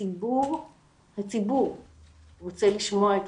הציבור רוצה לשמוע אתכם,